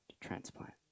transplant